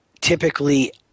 typically